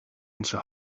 onze